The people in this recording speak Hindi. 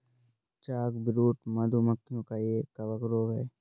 चॉकब्रूड, मधु मक्खियों का एक कवक रोग है